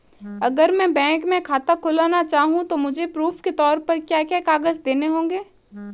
अगर मैं बैंक में खाता खुलाना चाहूं तो मुझे प्रूफ़ के तौर पर क्या क्या कागज़ देने होंगे?